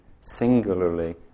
singularly